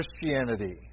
Christianity